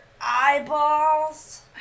eyeballs